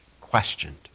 questioned